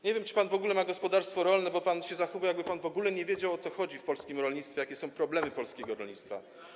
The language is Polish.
Nie wiem, czy pan w ogóle ma gospodarstwo rolne, bo pan się zachowuje tak, jakby pan w ogóle nie wiedział, o co chodzi w polskim rolnictwie, jakie są problemy polskiego rolnictwa.